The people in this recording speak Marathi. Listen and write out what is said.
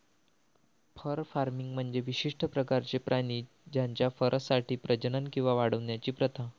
फर फार्मिंग म्हणजे विशिष्ट प्रकारचे प्राणी त्यांच्या फरसाठी प्रजनन किंवा वाढवण्याची प्रथा